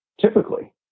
typically